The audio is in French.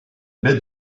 baie